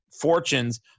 fortunes